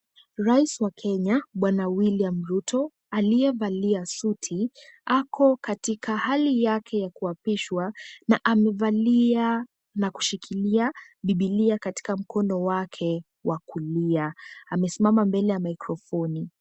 Rais wa Kenya Bwana William Ruto aliyevalia suti, ako katika hali yake ya kuapishwa na amevalia na kushikilia biblia katika mkono wake wa kulia. Amesimama mbele ya microphoni .